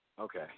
Okay